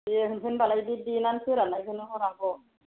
दे होनबालाय बे देनानै फोराननायखौनो हर आब'